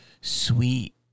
sweet